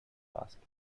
asking